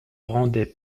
rendait